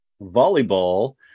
volleyball